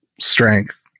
strength